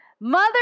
Mother